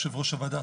יושב ראש הוועדה,